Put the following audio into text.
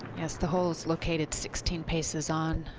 yes, the hole is located sixteen paces on,